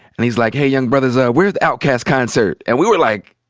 and he's like, hey young brothers. ah where's the outkast concert? and we were like,